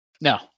No